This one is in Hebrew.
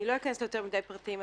ולא אכנס ליותר מדי פרטים,